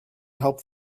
help